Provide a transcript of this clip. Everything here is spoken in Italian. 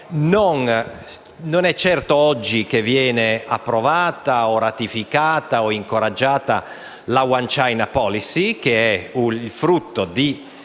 Non è certo oggi che viene approvata, ratificata o incoraggiata la *One China policy*, frutto di